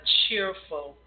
cheerful